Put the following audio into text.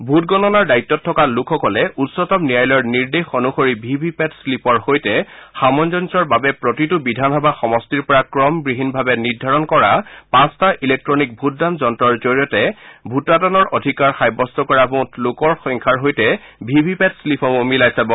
vote গণনাৰ দায়িত্বত থকা লোকসকলে উচ্চতম ন্যায়ালয়ৰ নিৰ্দেশ অনুসৰি ভি ভি পেট শ্লিপৰ সৈতে সামঞ্জস্যৰ বাবে প্ৰতিটো বিধানসভা সমষ্টিৰ পৰা ক্ৰমবিহীনভাৱে নিৰ্ধাৰণ কৰা পাঁচটা ইল্ট্নিক ভোটদান যন্তৰ জৰিয়তে ভোটাদানৰ অধিকাৰ সাব্যস্ত কৰা মুঠ লোকৰ সংখ্যাৰ সৈতে ভি ভি পেট শ্লিপসমূহ মিলাই চাব